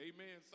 Amen